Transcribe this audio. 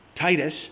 Titus